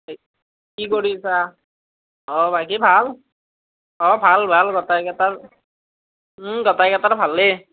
কি কৰিছা অঁ বাকী ভাল অঁ ভাল ভাল গোটেইকেইটাৰ গোটেইকেইটাৰ ভালেই